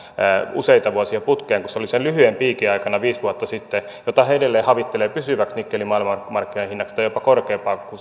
useita vuosia putkeen kuin se oli sen lyhyen piikin aikana viisi vuotta sitten ja sitä he edelleen havittelevat pysyväksi nikkelin maailmanmarkkinahinnaksi tai jopa korkeampaa